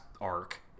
arc